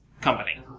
company